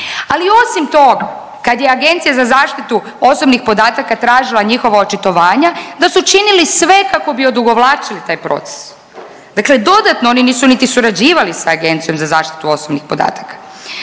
ali osim toga, kad je Agencija za zaštitu osobnih podataka tražila njihova očitovanja da su činili sve kako bi odugovlačili taj proces. Dakle dodatno oni nisu ni surađivali sa Agencijom za zaštitu osobnih podataka.